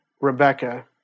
Rebecca